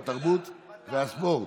התרבות והספורט.